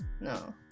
No